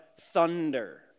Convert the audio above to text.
Thunder